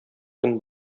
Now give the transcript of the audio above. төн